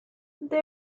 they